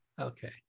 Okay